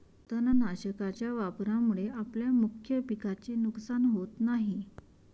तणनाशकाच्या वापरामुळे आपल्या मुख्य पिकाचे नुकसान होत नाही